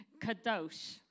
kadosh